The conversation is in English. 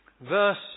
verse